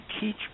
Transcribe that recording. teach